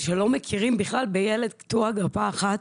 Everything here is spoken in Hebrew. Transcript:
שלא מכירים בכלל בילד קטוע גפה אחת.